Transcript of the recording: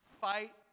Fight